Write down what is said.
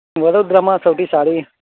વડોદરામાં સૌથી સારી